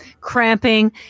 cramping